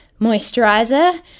Moisturizer